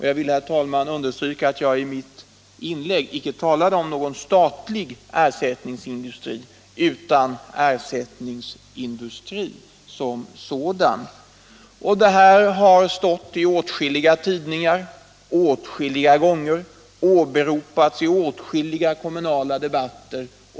Jag vill, herr talman, understryka att jag i mitt inlägg icke talat om någon statlig ersättningsindustri, utan bara om ersättningsindustri som sådan. Gunnar Strängs löfte har stått i åtskilliga tidningar åtskilliga gånger och åberopats i åtskilliga kommunala debatter.